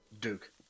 Duke